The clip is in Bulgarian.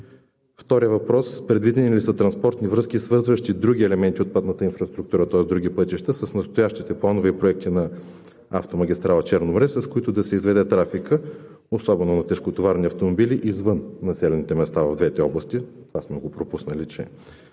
Вторият въпрос – предвидени ли са транспортни връзки, свързващи други елементи от пътната инфраструктура, тоест други пътища с настоящите планови проекти на автомагистрала „Черно море“, с които да се изведе трафикът, особено на тежкотоварни автомобили извън населените места в двете области? Това сме го пропуснали, че